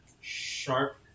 sharp